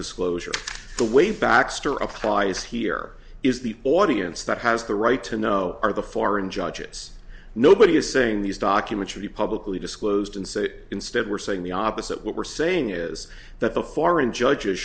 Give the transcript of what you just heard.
disclosure the way baxter applies here is the audience that has the right to know are the foreign judges nobody is saying these documents should be publicly disclosed and say instead we're saying the opposite what we're saying is that the foreign judges